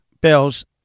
Bells